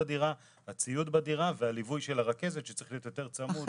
הציוד בדירה והליווי של הרכזת שצריך להיות יותר צמוד.